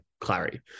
Clary